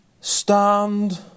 stand